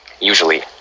usually